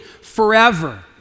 forever